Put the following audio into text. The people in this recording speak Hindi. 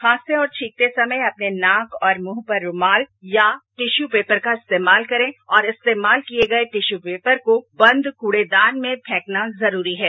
खांसते और छींकते समय अपने नाक और मुंह पर रूमाल या टिश्यू पेपर का इस्तेमाल करें और इस्तेमाल किये गये टिश्यू पेपर को बंद कूड़ेदान में फेंकना जरूरी है